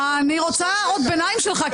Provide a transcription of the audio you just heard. אני רוצה הערות ביניים שלך,